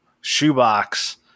shoebox